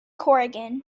corrigan